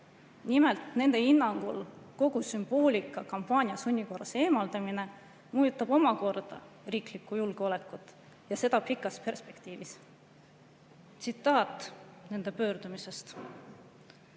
Nimelt, nende hinnangul kogu sümboolika kampaania ja sunni korras eemaldamine mõjutab omakorda riiklikku julgeolekut ja seda pikas perspektiivis. Tsitaat nende pöördumisest: